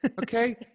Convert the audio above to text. Okay